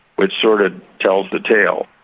which sort of tells the tale.